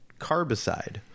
carbicide